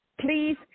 please